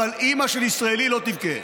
אבל אימא של ישראלי לא תבכה.